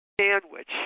sandwich